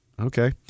Okay